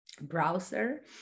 browser